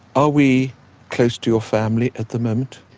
are we close to your family at the moment?